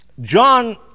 John